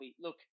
Look